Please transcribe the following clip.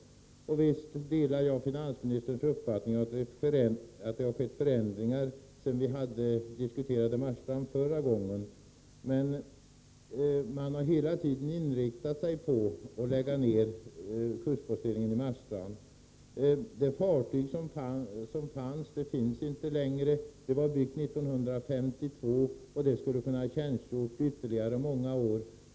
Visst delar jag finansministerns uppfattning, att det har skett förändringar sedan vi senast diskuterade förhållandena i Marstrand. Men hela tiden har man ju inriktat sig på en indragning av kustposteringen i Marstrand. Det fartyg som fanns — det finns alltså inte längre — byggdes 1952. Det skulle ha kunnat tjänstgöra ytterligare många år.